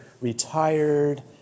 retired